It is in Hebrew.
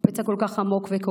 הפצע כל כך עמוק וכואב,